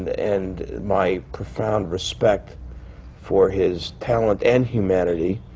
and my profound respect for his talent and humanity